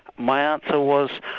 my answer was,